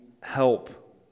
help